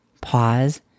Pause